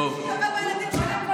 אין מי שיטפל בילדים,